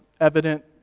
evident